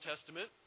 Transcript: Testament